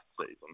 season